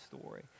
story